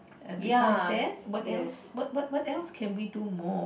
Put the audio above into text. and besides that what else what what what else can we do more